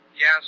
Yes